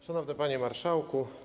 Szanowny Panie Marszałku!